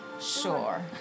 Sure